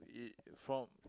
from